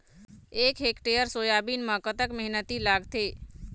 एक hectare soybean म कतक मेहनती लागथे?